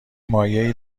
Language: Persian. مایعی